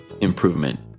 improvement